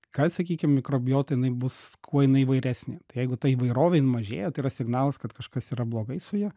ka sakykim mikrobiota jinai bus kuo jinai įvairesnė tai jeigu ta įvairovė jin mažėja tai yra signalas kad kažkas yra blogai su ja